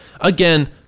again